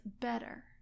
better